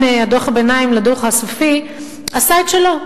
דוח הביניים לדוח הסופי עשתה את שלה.